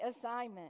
assignment